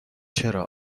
چرا